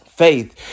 Faith